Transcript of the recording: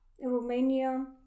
Romania